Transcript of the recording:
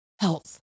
health